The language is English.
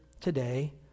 today